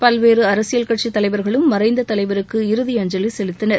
பல்வேறு அரசியல் கட்சித் தலைவர்களும் மறைந்த தலைவருக்கு இறுதி அஞ்சலி செலுத்தினர்